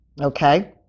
Okay